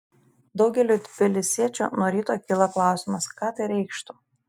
daugeliui tbilisiečių nuo ryto kyla klausimas ką tai reikštų